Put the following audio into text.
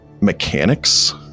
mechanics